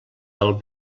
del